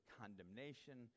condemnation